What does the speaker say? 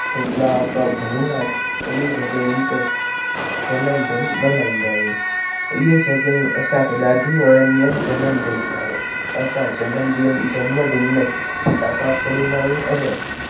खेतला प भुवनाथ अहिड़ी जॻहियुनि ते जनमदिन मनाईंदा आहियूं इहे जॻहियूं असांखे ॾाढियूं वणदियूं आहिनि जनमदिन लाइ असां जनमॾींहुं जनमदिन में फटाका फोणींदा आहियूं अने